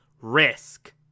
risk